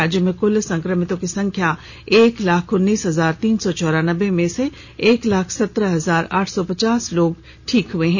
राज्य में कुल संक्रमितों की संख्या एक लाख उन्नीस हजार तीन सौ चौरानबे में से एक लाख सत्रह हजार आठ सौ पचास लोग स्वस्थ हो चुके हैं